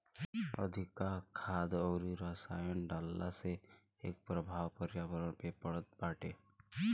अधिका खाद अउरी रसायन डालला से एकर प्रभाव पर्यावरण पे पड़त बाटे